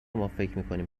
مافکرمیکنیم